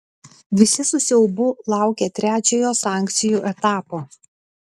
visi su siaubu laukia trečiojo sankcijų etapo